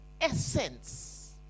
essence